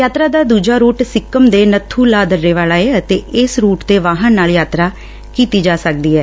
ਯਾਤਰਾ ਦਾ ਦੂਜਾ ਰੂਟ ਸਿੱਕਮ ਦੇ ਨੱਥੂ ਲਾ ਦਰੇ ਵਾਲਾ ਏ ਅਤੇ ਇਸ ਰੂਟ ਤੇ ਵਾਹਨ ਨਾਲ ਯਾਤਰਾ ਕੀਤੀ ਜਾ ਸਕਦੀ ਏ